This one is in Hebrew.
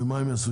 ומה הם יעשו?